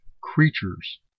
creatures